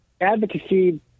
advocacy